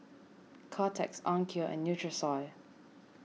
Kotex Onkyo and Nutrisoy